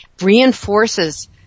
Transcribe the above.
reinforces